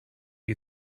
you